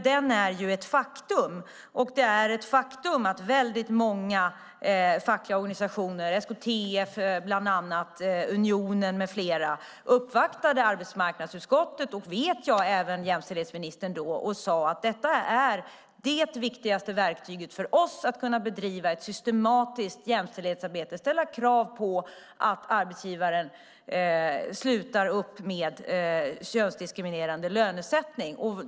Den är ett faktum. Det är också ett faktum att väldigt många fackliga organisationer, SKTF och Unionen med flera, uppvaktade arbetsmarknadsutskottet och, vet jag, även jämställdhetsministern då och sade att detta är det viktigaste verktyget i deras systematiska jämställdhetsarbete, för att de ska kunna ställa krav på att arbetsgivaren slutar upp med könsdiskriminerande lönesättning.